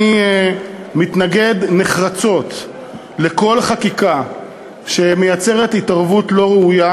אני מתנגד נחרצות לכל חקיקה שמייצרת התערבות לא ראויה